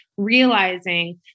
realizing